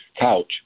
couch